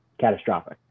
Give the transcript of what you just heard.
catastrophic